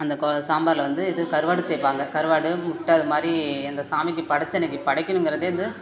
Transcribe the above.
அந்த கொ சாம்பாரில் வந்து இது கருவாடு சேர்ப்பாங்க கருவாடு முட்டை இது மாதிரி அந்த சாமிக்கு படைத்தன்னைக்கி படைக்கணுங்கிறதே வந்து